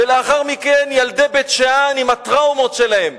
ולאחר מכן, ילדי בית-שאן עם הטראומות שלהם.